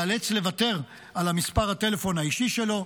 ייאלץ לוותר על מספר הטלפון האישי שלו.